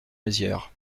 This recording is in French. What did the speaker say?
mézières